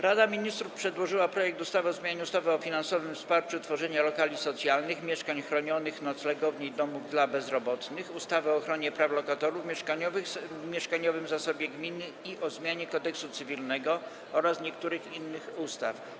Rada Ministrów przedłożyła projekt ustawy o zmianie ustawy o finansowym wsparciu tworzenia lokali socjalnych, mieszkań chronionych, noclegowni i domów dla bezdomnych, ustawy o ochronie praw lokatorów, mieszkaniowym zasobie gminy i o zmianie Kodeksu cywilnego oraz niektórych innych ustaw.